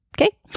okay